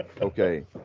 Okay